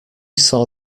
saw